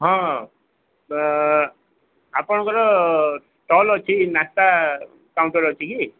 ହଁ ଆପଣଙ୍କର ଷ୍ଟଲ୍ ଅଛି ନାସ୍ତା କାଉଣ୍ଟର୍ ଅଛି କି